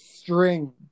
string